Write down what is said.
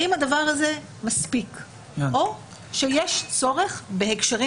האם הדבר הזה מספיק או שיש צורך בהקשרים